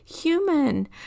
human